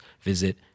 visit